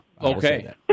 Okay